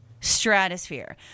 Stratosphere